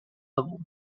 level